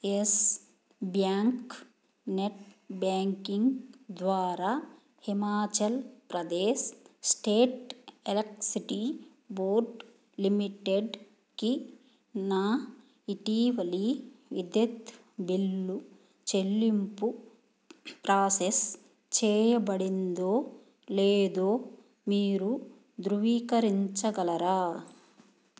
yes Bank net banking ద్వారా Himachal Pradesh State Electricity Board లిమిటెడ్కి నా ఇటీవలి విద్యుత్ బిల్లు చెల్లింపు ప్రాసెస్ చేయబడిందో లేదో మీరు ధృవీకరించగలరా